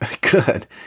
good